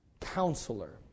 Counselor